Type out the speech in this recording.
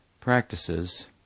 practices